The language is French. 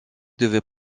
devaient